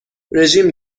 رژیم